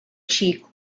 cheek